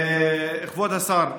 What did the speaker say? כבוד השר,